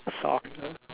soccer